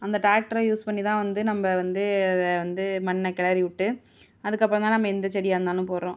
அந்த ட்ராக்ட்டரை யூஸ் பண்ணி தான் வந்து நம்ப வந்து அதை வந்து மண்ணை கிளறி விட்டு அதுக்கப்புறம் தான் நம்ம எந்த செடியாக இருந்தாலும் போடுறோம்